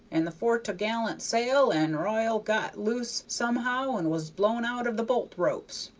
and the fore-to'gallant sail and r'yal got loose somehow and was blown out of the bolt-ropes.